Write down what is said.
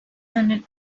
hundred